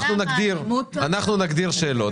אנחנו נגדיר שאלות.